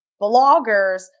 bloggers